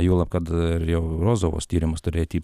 juolab kad ir jau rozovos tyrimas turėti